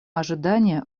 ожидания